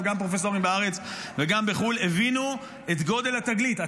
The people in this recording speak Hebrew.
גם פרופסורים בארץ ובחו"ל הבינו את גודל התגלית,